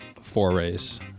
Forays